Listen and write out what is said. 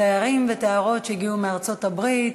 תיירים ותיירות שהגיעו מארצות-הברית.